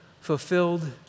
fulfilled